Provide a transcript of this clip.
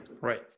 Right